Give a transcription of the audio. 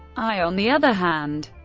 i on the other hand,